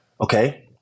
okay